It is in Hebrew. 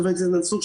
חבר הכנסת מנסור,